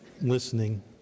listening